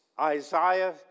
Isaiah